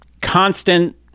constant